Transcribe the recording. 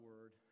word